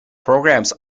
programs